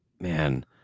man